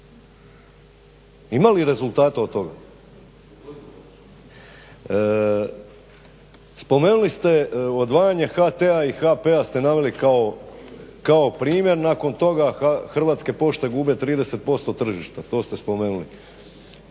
Ima li rezultata od toga? Spomenuli ste odvajanje HT-a i HP-a ste naveli kao primjer, nakon toga Hrvatske pošte gube 30% tržišta. To ste spomenuli.